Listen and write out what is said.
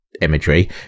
imagery